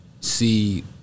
see